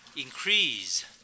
increase